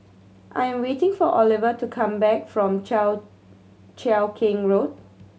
I'm waiting for Ovila to come back from Cheow Cheow Keng Road